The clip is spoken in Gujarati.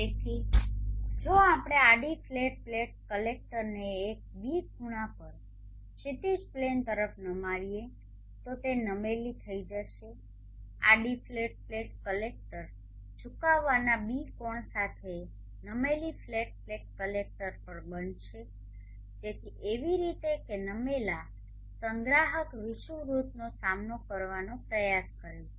તેથી જો આપણે આડી ફ્લેટ પ્લેટ કલેક્ટરને એક ß ખૂણા પર ક્ષિતિજ પ્લેન તરફ નમાવીએ તો તે નમેલી થઈ જશે આડી ફ્લેટ પ્લેટ કલેક્ટર ઝુકાવના ß કોણ સાથે નમેલી ફ્લેટ પ્લેટ કલેક્ટર બનશે તેથી એવી રીતે કે નમેલા સંગ્રાહક વિષુવવૃત્તનો સામનો કરવાનો પ્રયાસ કરે છે